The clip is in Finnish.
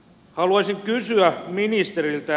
haluaisin kysyä ministeriltä